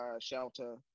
shelter